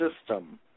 system